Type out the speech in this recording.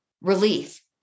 relief